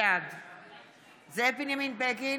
בעד זאב בנימין בגין,